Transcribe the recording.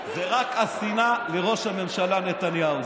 זה רק השנאה לראש הממשלה נתניהו.